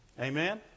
Amen